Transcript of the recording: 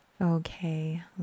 Okay